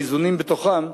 באיזונים בתוכן,